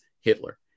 Hitler